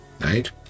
right